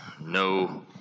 no